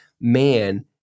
man